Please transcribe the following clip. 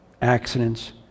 accidents